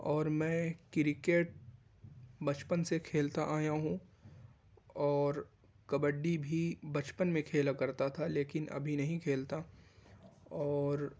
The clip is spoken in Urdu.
اور میں کرکٹ بچپن سے کھیلتا آیا ہوں اور کبڈی بھی بچپن میں کھیلا کرتا تھا لیکن ابھی نہیں کھیلتا اور